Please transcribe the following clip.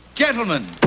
Gentlemen